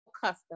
custom